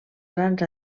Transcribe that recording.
grans